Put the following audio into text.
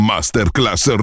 Masterclass